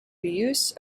use